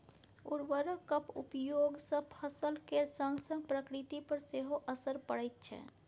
उर्वरकक उपयोग सँ फसल केर संगसंग प्रकृति पर सेहो असर पड़ैत छै